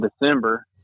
December